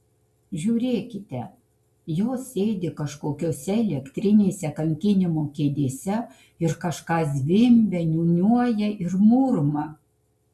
žiūrėkite jos sėdi kažkokiose elektrinėse kankinimo kėdėse ir kažką zvimbia niūniuoja ir murma